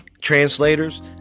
translators